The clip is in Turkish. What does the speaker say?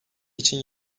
için